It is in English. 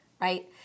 right